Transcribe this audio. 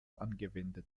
angewendet